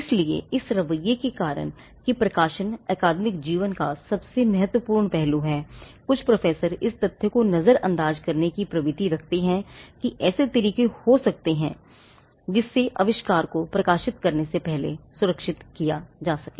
इसलिए इस रवैये के कारण कि प्रकाशन अकादमिक जीवन का सबसे महत्वपूर्ण पहलू है कुछ प्रोफेसर इस तथ्य को नजरअंदाज करने की प्रवृति होती है कि ऐसे तरीके हो सकते हैं जिससे आविष्कार को प्रकाशित होने से पहले सुरक्षित किया जा सके